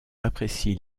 apprécie